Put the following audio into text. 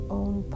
own